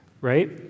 right